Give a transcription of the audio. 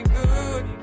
good